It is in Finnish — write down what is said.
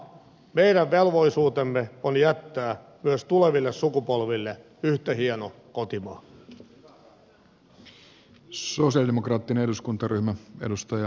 meidän velvollisuutemme on jättää myös tuleville sukupolville yhtä hieno kotimaa